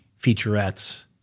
featurettes